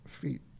feet